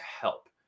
help